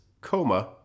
coma